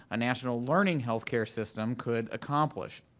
a national learning healthcare system could accomplish,